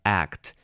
act